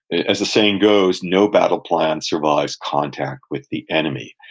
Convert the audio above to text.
as the saying goes, no battle plan survives contact with the enemy,